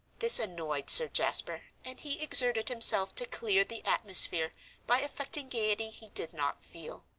this annoyed sir jasper, and he exerted himself to clear the atmosphere by affecting gaiety he did not feel.